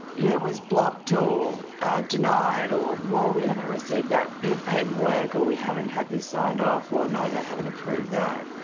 yeah was blocked or denied, or, well, we haven't received that bit of paperwork, or, we haven't had this signed off, or, no, they haven't approved that.